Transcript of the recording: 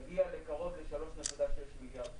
העלות תגיע לקרוב ל-3.6 מיליארד שקלים.